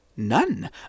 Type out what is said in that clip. none